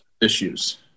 issues